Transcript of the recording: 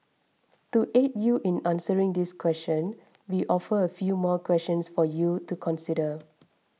to aid you in answering this question we offer a few more questions for you to consider